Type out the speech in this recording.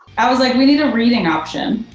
i was like, we need a reading option.